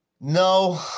No